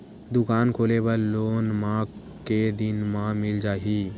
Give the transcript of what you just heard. दुकान खोले बर लोन मा के दिन मा मिल जाही?